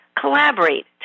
Collaborate